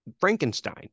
Frankenstein